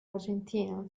argentina